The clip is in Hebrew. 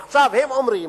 עכשיו, הם אומרים: